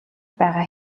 байгаа